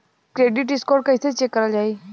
Credit score कइसे check करल जायी?